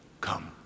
Come